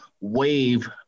wave